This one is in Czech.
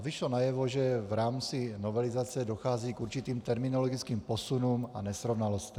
Vyšlo najevo, že v rámci novelizace dochází k určitým terminologickým posunům a nesrovnalostem.